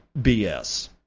BS